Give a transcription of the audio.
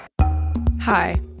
Hi